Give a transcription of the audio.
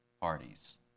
parties